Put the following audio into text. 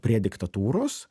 prie diktatūros